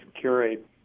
curate